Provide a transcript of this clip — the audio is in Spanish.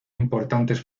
importantes